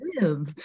live